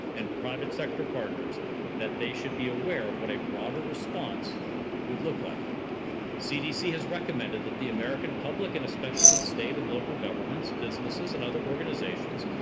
and private sector partners that they should be aware of what a broader response would look like. the cdc has recommended that the american public and especially state and local governments, businesses and other organizations,